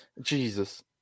Jesus